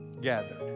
gathered